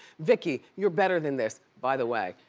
vicki, you're better than this. by the way,